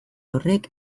horrek